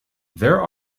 there